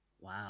Wow